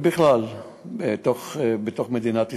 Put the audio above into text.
ובכלל בתוך מדינת ישראל,